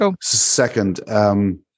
second